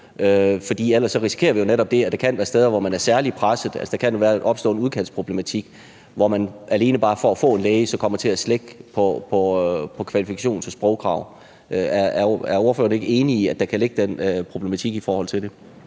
For ellers risikerer vi netop det, at der kan være steder, hvor man er særlig presset. Og så kan det være, at der opstår en udkantsproblematik, hvor man bare for at få en læge kan komme til at slække på kvalifikationen, altså i forhold til sprogkrav. Er ordføreren ikke enig i, at der kan være den problematik i forhold til det?